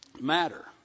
matter